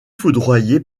foudroyé